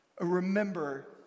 Remember